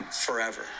forever